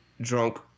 drunk